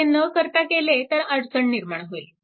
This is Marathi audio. ते न करता केले तर अडचण निर्माण होईल